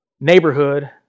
neighborhood